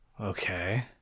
Okay